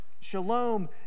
Shalom